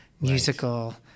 musical